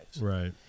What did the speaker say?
right